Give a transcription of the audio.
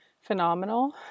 phenomenal